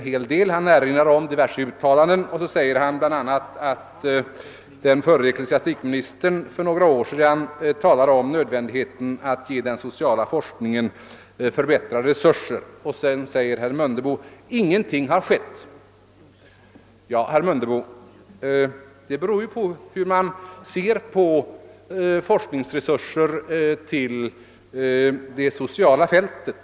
Han erinrar om diverse uttalanden och säger att den förre ecklesiastikministern för några år sedan talade om nödvändigheten av att ge den sociala forskningen förbättrade resurser. Men — säger herr Mundebo — ingenting har skett. Ja, det beror på hur man betraktar forskningsresurserna på det sociala fältet.